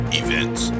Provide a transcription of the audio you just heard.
events